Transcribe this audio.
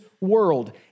world